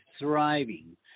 thriving